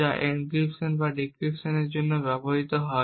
যা এনক্রিপশন বা ডিক্রিপশনের জন্য ব্যবহৃত হয়